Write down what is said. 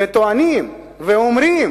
וטוענים ואומרים